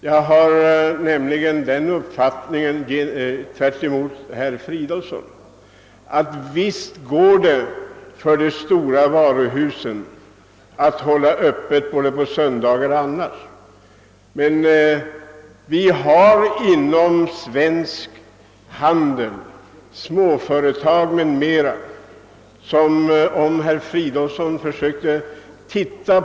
I motsats till herr Fridolfsson i Stockholm har jag den uppfattningen att det visserligen går bra för de stora varuhusen att hålla öppet på söndagar och kvällar men att småföretagen inom svensk handel skulle slås ut om vi följde herr Fridolfssons rekommendation.